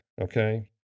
Okay